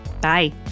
Bye